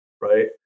Right